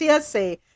TSA